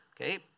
okay